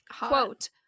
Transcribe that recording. quote